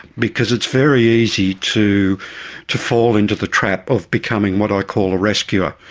because it's very easy to to fall into the trap of becoming what i call a rescuer.